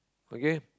okay